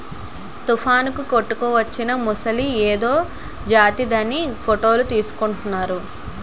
తుఫానుకు కొట్టుకువచ్చిన మొసలి ఏదో జాతిదని ఫోటోలు తీసుకుంటున్నారు